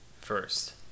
first